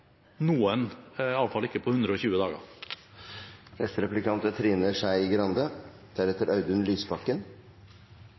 noen, iallfall ikke på 120 dager. Trine Skei Grande